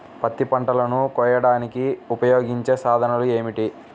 పత్తి పంటలను కోయడానికి ఉపయోగించే సాధనాలు ఏమిటీ?